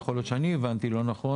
יכול להיות שאני הבנתי לא נכון.